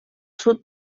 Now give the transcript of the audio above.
sud